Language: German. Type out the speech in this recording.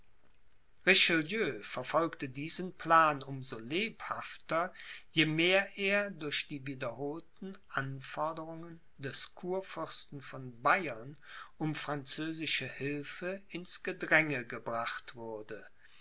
verfolgte diesen plan um so lebhafter je mehr er durch die wiederholten anforderungen des kurfürsten von bayern um französische hilfe ins gedränge gebracht wurde